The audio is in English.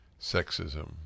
sexism